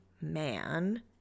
man